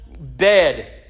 bed